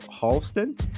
Halston